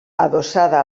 adossada